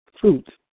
fruit